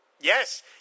Yes